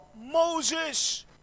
Moses